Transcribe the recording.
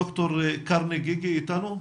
ד"ר קרני גיגי, בבקשה.